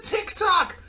TikTok